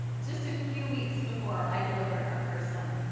just a few weeks before i delivered our first son.